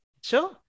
Sure